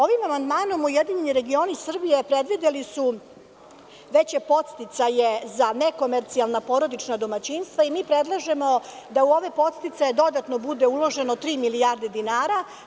Ovim amandmanom, URS su predvideli veće podsticaje za nekomercijalna domaćinstva i mi predlažemo da u ove podsticaje dodatno bude uloženo tri milijarde dinara.